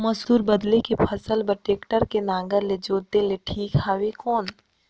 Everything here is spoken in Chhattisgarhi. मसूर बदले के फसल बार टेक्टर के नागर ले जोते ले ठीक हवय कौन?